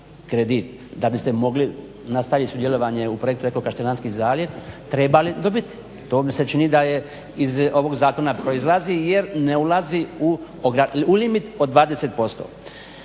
kredit da biste mogli nastaviti sudjelovanje u projektu "Eko Kaštelanski zaljev" trebali dobiti. To mi se čini da iz ovog zakona proizlazi jer ne ulazi u limit od 20%.